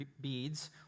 beads